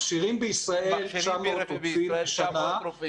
מכשירים בישראל 900 רופאים בשנה,